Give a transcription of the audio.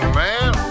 man